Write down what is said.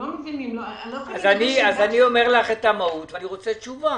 אני אומר לך את המהות ואני רוצה תשובה.